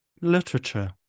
literature